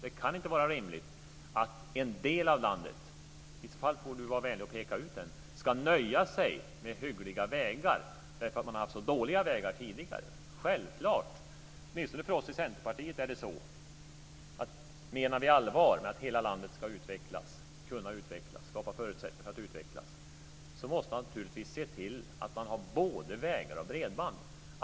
Det kan inte vara rimligt att en del av landet - i så fall får Johnny Gylling vara vänlig och peka ut den delen - ska nöja sig med hyggliga vägar därför att man har haft så dåliga vägar tidigare. Självklart är det, åtminstone för oss i Centerpartiet, så att menar vi allvar med att hela landet ska kunna skapa förutsättningar för att utvecklas, måste vi naturligtvis se till att man har både vägar och bredband.